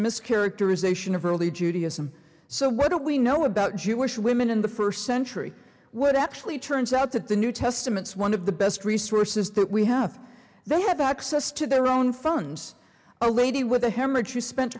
mischaracterization of early judaism so what do we know about jewish women in the first century what actually turns out that the new testaments one of the best resources that we have they have access to their own phones a lady with a hemorrhage she spent